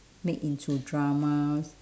make into dramas